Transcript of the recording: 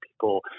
people